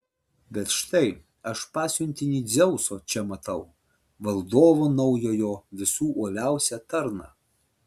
bet štai aš pasiuntinį dzeuso čia matau valdovo naujojo visų uoliausią tarną